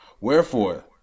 Wherefore